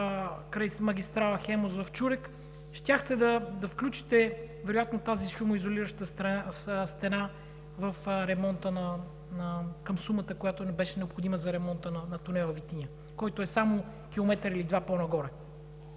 край магистрала „Хемус“ в Чурек, щяхте да включите вероятно тази шумоизолираща стена към сумата, която беше необходима за ремонта на тунел „Витиня“, който е само километър или два по-нагоре